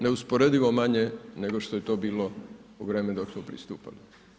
Neusporedivo manje nego što je to bilo u vrijeme dok smo pristupali.